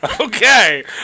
Okay